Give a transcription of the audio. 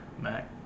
Mac